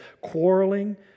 quarreling